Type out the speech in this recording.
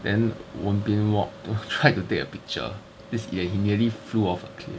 then 文彬 walk to try to take a picture this idiot he nearly flew off a cliff